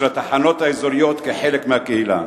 של התחנות האזוריות כחלק מהקהילה.